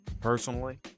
personally